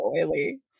oily